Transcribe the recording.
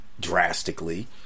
Drastically